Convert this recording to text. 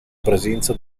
presenza